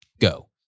go